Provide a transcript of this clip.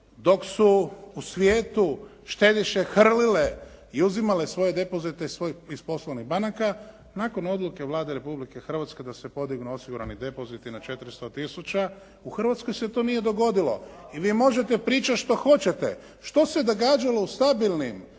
Dok su u svijetu štediše hrlile i uzimale svoje depozite iz svojih, iz poslovnih banaka nakon odluke Vlade Republike Hrvatske da se podignu osigurani depoziti na 400 tisuća u Hrvatskoj se to nije dogodilo. I vi možete pričati što hoćete. Što se događalo u stabilnim